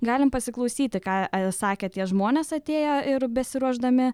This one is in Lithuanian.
galim pasiklausyti ką sakė tie žmonės atėję ir besiruošdami